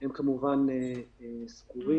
הם כמובן סגורים.